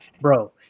Bro